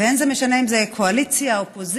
ולא משנה אם זה קואליציה או אופוזיציה.